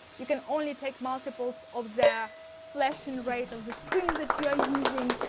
you can only take multiples of the flashing rate of the screen that you are using.